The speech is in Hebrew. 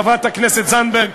חברת הכנסת זנדברג,